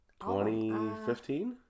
2015